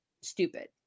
stupid